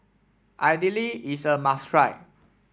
Idili is a must try